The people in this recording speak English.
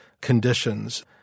conditions